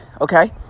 okay